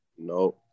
No